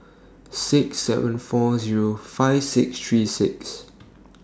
six seven four Zero five six three six